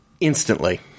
Instantly